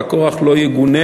וזה כורח לא יגונה,